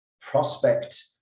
prospect